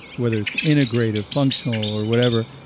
whether it's integrative, functional, or whatever,